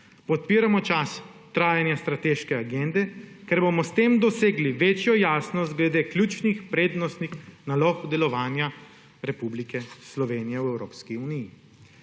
podpiramo čas trajanja strateške agende, ker bomo s tem dosegli večjo jasnost glede ključnih prednostnih nalog delovanja Republike Slovenije v Evropski uniji.